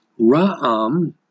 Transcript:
Raam